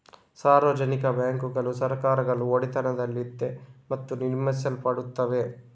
ಸಾರ್ವಜನಿಕ ಬ್ಯಾಂಕುಗಳು ಸರ್ಕಾರಗಳ ಒಡೆತನದಲ್ಲಿದೆ ಮತ್ತು ನಿರ್ವಹಿಸಲ್ಪಡುತ್ತವೆ